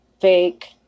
fake